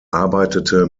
arbeitete